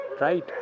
right